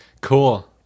Cool